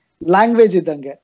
language